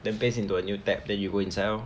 then paste into a new tab then you go inside lor